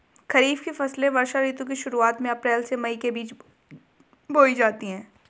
खरीफ की फसलें वर्षा ऋतु की शुरुआत में अप्रैल से मई के बीच बोई जाती हैं